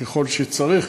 ככל שצריך,